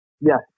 Yes